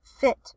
Fit